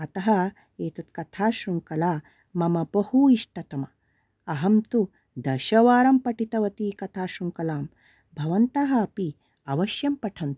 अतः एतत् कथाशृङ्खला मम बहु इष्टतमा अहं तु दशवारं पठितवती कथाशृङ्खलां भवन्तः अपि अवश्यं पठन्तु